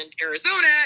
Arizona